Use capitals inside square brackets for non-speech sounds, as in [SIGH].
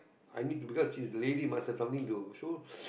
I need to because she's a lady must have something to show [BREATH]